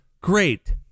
great